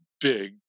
big